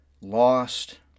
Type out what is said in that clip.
lost